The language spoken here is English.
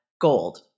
gold